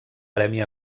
premi